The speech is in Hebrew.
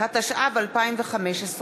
התשע"ו 2015,